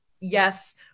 yes